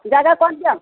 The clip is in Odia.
ଜାଗା ପହଁଞ୍ଚ